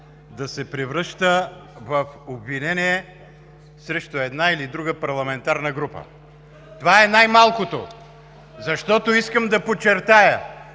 да се превръща в обвинение срещу една или друга парламентарна група. Това е най-малкото, защото искам да подчертая,